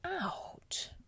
out